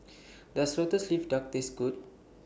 Does Lotus Leaf Duck Taste Good